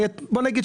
בוא נגיד,